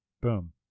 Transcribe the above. Boom